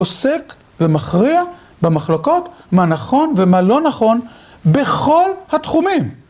עוסק ומכריע במחלוקות מה נכון ומה לא נכון בכל התחומים.